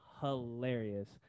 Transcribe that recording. hilarious